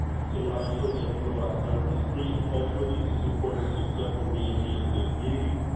so i ensure that we provide services pre and post-release to support the successful reentry into their community.